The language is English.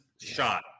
shot